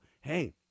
hey